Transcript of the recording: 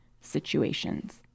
situations